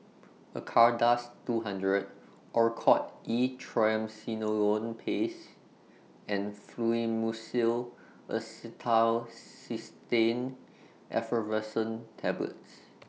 Acardust two hundred Oracort E Triamcinolone Paste and Fluimucil Acetylcysteine Effervescent Tablets